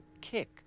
kick